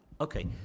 Okay